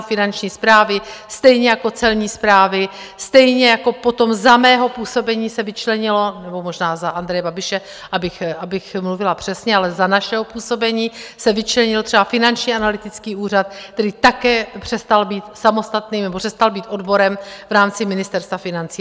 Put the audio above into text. Finanční správy, stejně jako Celní správy, stejně jako potom za mého působení se vyčlenilo, nebo možná za Andreje Babiše, abych mluvila přesně, ale za našeho působení se vyčlenil třeba Finanční analytický úřad, který také přestal být samostatným, nebo přestal být odborem v rámci Ministerstva financí.